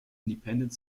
independent